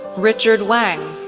richard wang,